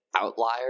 outlier